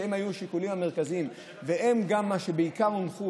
שהם היו השיקולים המרכזיים והם גם העיקריים שהונחו